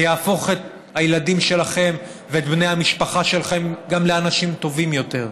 וזה גם יהפוך את הילדים שלכם ואת בני המשפחה שלכם לאנשים טובים יותר.